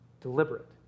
deliberate